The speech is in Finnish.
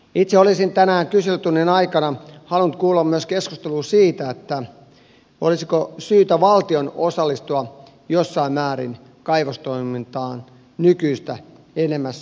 itse olisin tänään kyselytunnin aikana halunnut kuulla myös keskustelua siitä olisiko syytä valtion osallistua jossain määrin kaivostoimintaan nykyistä enemmän